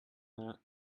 that